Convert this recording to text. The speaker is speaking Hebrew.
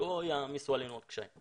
שלא יעמיסו עלינו עוד קשיים.